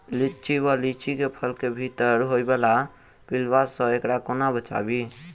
लिच्ची वा लीची केँ फल केँ भीतर होइ वला पिलुआ सऽ एकरा कोना बचाबी?